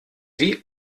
wie